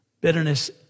Bitterness